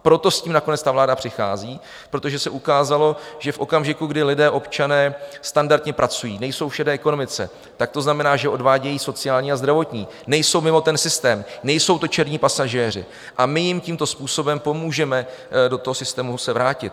Proto s tím nakonec vláda přichází, protože se ukázalo, že v okamžiku, kdy lidé, občané standardně pracují, nejsou v šedé ekonomice, to znamená, že odvádějí sociální a zdravotní, nejsou mimo systém, nejsou to černí pasažéři, a my jim tímto způsobem pomůžeme se do toho systému vrátit.